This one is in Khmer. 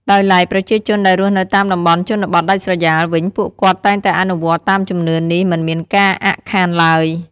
ដោយឡែកប្រជាជនដែលរស់នៅតាមដំបន់ជនបទដាច់ស្រយាលវិញពួកគាត់តែងតែអនុវត្តន៏តាមជំនឿនេះមិនមានការអាក់ខានឡើយ។